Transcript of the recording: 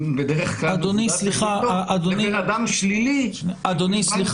בישראל מבודדים בביתם ואנשים עם שתי בדיקות שליליות